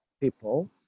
people